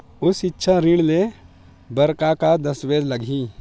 उच्च सिक्छा ऋण ले बर का का दस्तावेज लगही?